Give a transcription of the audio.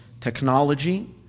technology